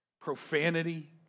profanity